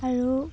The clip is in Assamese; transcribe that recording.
আৰু